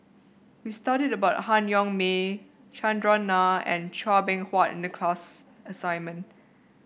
we studied about Han Yong May Chandran Nair and Chua Beng Huat in the class assignment